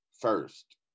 first